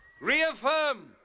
reaffirm